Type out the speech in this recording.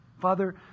Father